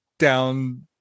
down